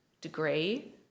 degree